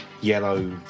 yellow